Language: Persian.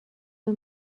خوب